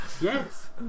yes